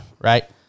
right